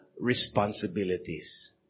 responsibilities